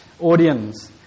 audience